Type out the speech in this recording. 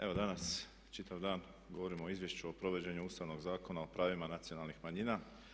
Evo danas čitav dan govorimo o Izvješću o provođenju Ustavnog zakona o pravima nacionalnih manjina.